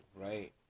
right